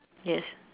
yes